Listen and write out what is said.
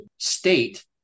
state